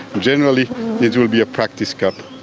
generally it it will be a practice cup.